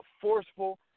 forceful